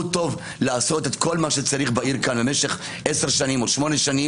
הוא טוב לעשות את כל מה שצריך לעשות בעיר כאן במשך 10 שנים או 8 שנים,